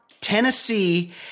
Tennessee